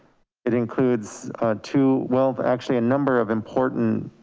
it includes a two. well actually a number of important